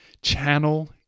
channel